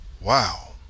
Wow